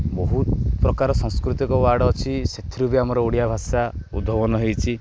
ବହୁତ ପ୍ରକାର ସାଂସ୍କୃତିକ ୱାର୍ଡ଼୍ ଅଛି ସେଥିରୁ ବି ଆମର ଓଡ଼ିଆ ଭାଷା ଉଦ୍ଭାବନ ହୋଇଛି